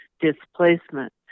displacement